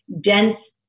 dense